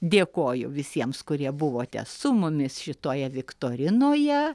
dėkoju visiems kurie buvote su mumis šitoje viktorinoje